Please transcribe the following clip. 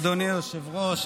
אדוני היושב-ראש,